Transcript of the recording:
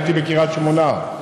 הייתי בקריית שמונה,